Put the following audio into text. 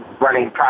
running